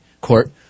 court